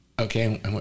Okay